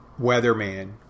weatherman